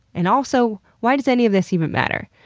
and also why does any of this even matter?